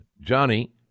Johnny